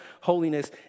holiness